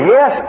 Yes